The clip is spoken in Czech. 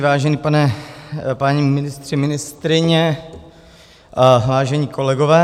Vážení páni ministři, ministryně, vážení kolegové.